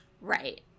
Right